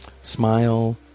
Smile